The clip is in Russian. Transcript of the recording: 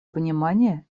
понимание